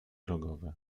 rogowe